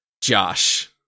Josh